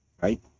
Right